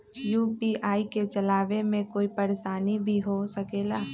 UPI के चलावे मे कोई परेशानी भी हो सकेला?